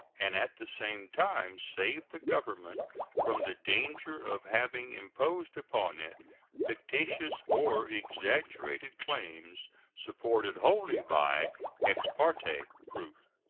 and at the same time save the government from the danger of having imposed upon it fictitious or exaggerated claims supported wholly by ex parte proof.